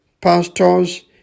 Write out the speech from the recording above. pastors